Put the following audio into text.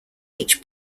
each